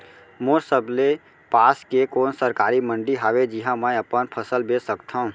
मोर सबले पास के कोन सरकारी मंडी हावे जिहां मैं अपन फसल बेच सकथव?